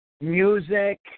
music